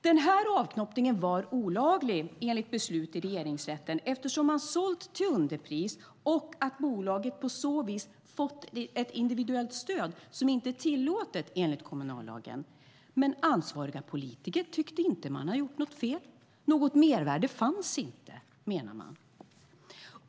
Den avknoppningen var olaglig, enligt beslut i Regeringsrätten, eftersom man sålt till underpris och bolaget på så vis fått ett individuellt stöd som inte är tillåtet enligt kommunallagen. Men ansvariga politiker tyckte inte att man hade gjort något fel. Något mervärde fanns inte, menade man.